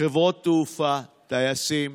חברות תעופה, טייסים,